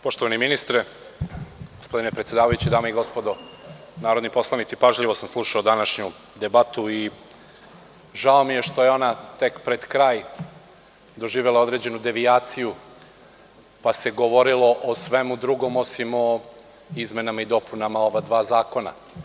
Poštovani ministre, gospodine predsedavajući, dame i gospodo narodni poslanici, pažljivo sam slušao današnju debatu i žao mi je što je ona tek pred kraj doživela određenu devijaciju, pa se govorilo o svemu drugom osim o izmenama i dopunama ova dva zakona.